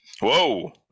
whoa